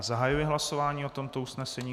Zahajuji hlasování o tomto usnesení.